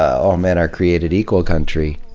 all men are created equal country.